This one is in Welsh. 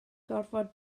gorfod